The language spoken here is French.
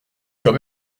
quand